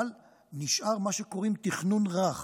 אבל נשאר מה שקוראים תכנון רך.